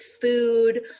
food